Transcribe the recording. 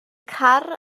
car